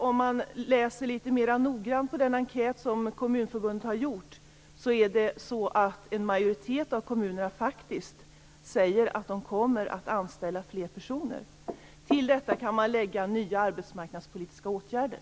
Om man läser litet mer noggrant i den enkät som Kommunförbundet har gjort ser man att en majoritet av kommunerna faktiskt säger att de kommer att anställa fler personer. Till detta kan man lägga nya arbetsmarknadspolitiska åtgärder.